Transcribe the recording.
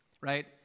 right